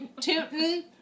tooting